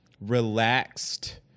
relaxed